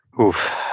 Oof